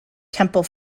temple